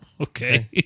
Okay